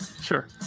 sure